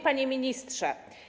Panie Ministrze!